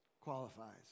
qualifies